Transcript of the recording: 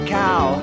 cow